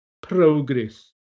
progress